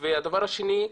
והדבר השני,